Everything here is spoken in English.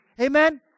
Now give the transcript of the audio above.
Amen